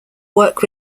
work